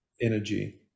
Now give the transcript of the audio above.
energy